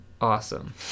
awesome